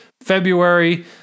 February